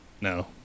No